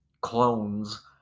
clones